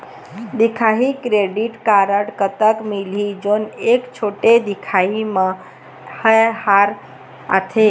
दिखाही credit card कतक मिलही जोन एक छोटे दिखाही म मैं हर आथे?